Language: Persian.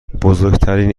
بزرگترین